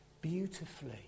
beautifully